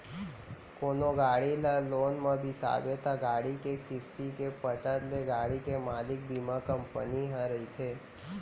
कोनो गाड़ी ल लोन म बिसाबे त गाड़ी के किस्ती के पटत ले गाड़ी के मालिक बीमा कंपनी ह रहिथे